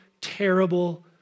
terrible